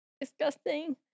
Disgusting